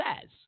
says